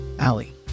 Ali